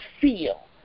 feel